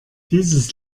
dieses